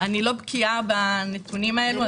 בקיאה בנתונים הללו.